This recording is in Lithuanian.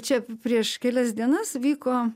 čia prieš kelias dienas vyko